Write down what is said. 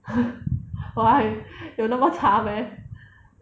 why 有那么差 meh